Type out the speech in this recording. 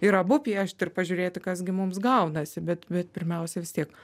ir abu piešti ir pažiūrėti kas gi mums gaunasi bet bet pirmiausia vis tiek